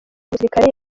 musirikare